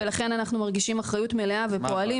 ולכן אנחנו מרגישים אחריות מלאה ופועלים